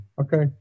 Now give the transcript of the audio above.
Okay